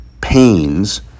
pains